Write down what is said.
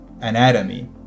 anatomy